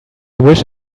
wish